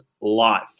Life